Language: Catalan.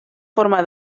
forma